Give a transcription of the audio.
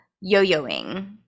yo-yoing